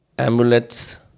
Amulets